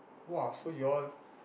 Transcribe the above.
!wah! so you all